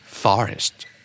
forest